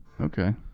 Okay